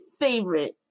favorite